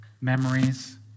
memories